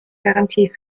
garantie